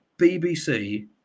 BBC